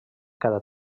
cada